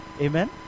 Amen